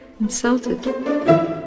insulted